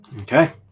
Okay